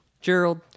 Gerald